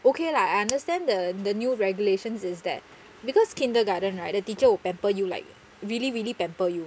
okay lah I understand the the new regulations is that because kindergarten right the teacher would pamper you like really really pamper you